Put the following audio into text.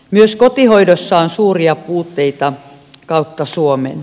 myös kotihoidossa on suuria puutteita kautta suomen